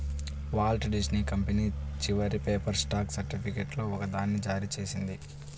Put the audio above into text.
Walt Disney company చివరి paper stock సర్టిఫికేట్లలో ఒకదాన్ని జారీ చేసింది